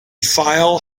file